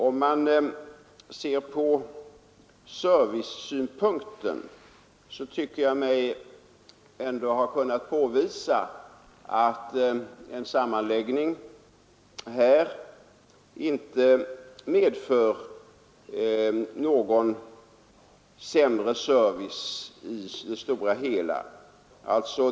Om man ser till servicesynpunkten, så tycker jag mig ändå ha kunnat påvisa att en sammanläggning här inte medför någon sämre service i det stora hela.